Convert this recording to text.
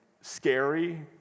scary